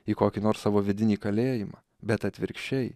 į kokį nors savo vidinį kalėjimą bet atvirkščiai